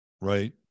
right